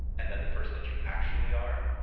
and then the person that you actually are,